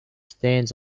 stands